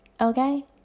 Okay